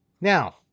Now